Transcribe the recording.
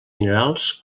minerals